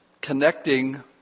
connecting